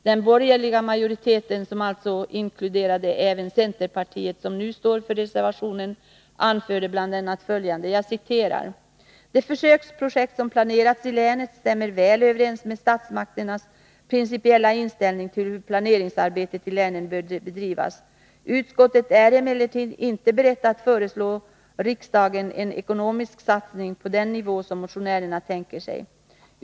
Den borgerliga majoriteten — som alltså inkluderade även centerpartiet, som nu står för reservationen — anförde bl.a. följande: ”Det försöksprojekt som planerats i länet stämmer väl överens med statsmakternas principiella inställning till hur planeringsarbetet i länen bör bedrivas. Utskottet är emellertid inte berett att föreslå riksdagen en ekonomisk satsning på den nivå som motionärerna tänker sig.